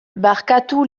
barkatu